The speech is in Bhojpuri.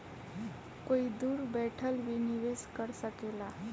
कोई दूर बैठल भी निवेश कर सकेला